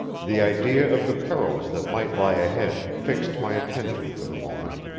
the idea of the perils that might lie ahead fixed my attention for the moment,